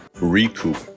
Recoup